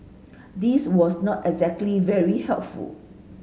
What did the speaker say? this was not exactly very helpful